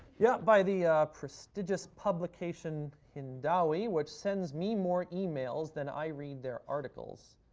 yeah, by the prestigious publication, hindawi, which sends me more emails than i read their articles.